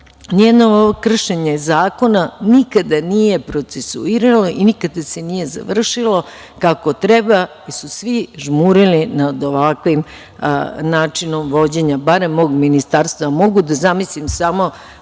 ovo kršenje zakona nikada nije procesuiralo i nikada se nije završilo kako treba, jer su svi žmurili nad ovakvim načinom vođenja barem mog ministarstva. Mogu da zamislim samo